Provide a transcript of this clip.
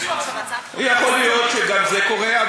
יכול להיות שגם זה קורה.